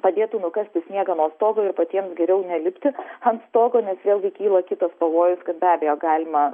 padėtų nukasti sniegą nuo stogo ir patiems geriau nelipti ant stogo nes vėlgi kyla kitas pavojus kad be abejo galima